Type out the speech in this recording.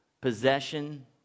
possession